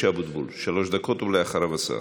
שלוש דקות, ואחריו השר.